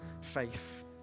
faith